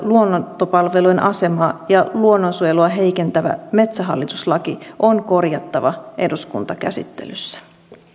luontopalvelujen asemaa ja luonnonsuojelua heikentävä metsähallitus laki on korjattava eduskuntakäsittelyssä